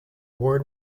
ward